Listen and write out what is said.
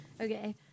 Okay